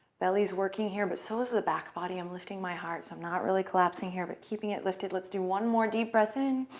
belly's working here, but so is the back body. i'm lifting my heart. so i'm not really collapsing here, but keeping it lifted. let's do one more deep breath in,